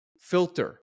filter